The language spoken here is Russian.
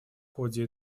ходе